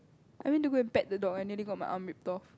I went to go and pet the dog I nearly got my arm ripped off